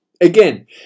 Again